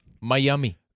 Miami